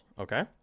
okay